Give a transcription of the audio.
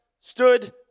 stood